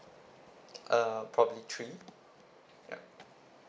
uh probably three ya